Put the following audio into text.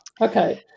okay